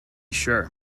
sure